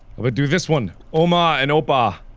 but do this one. oma and opa.